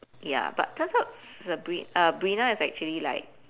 ya but turns out sabri~ uh brina is actually like